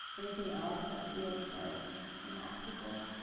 anything else that feels like an obstacle?